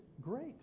great